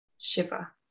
shiver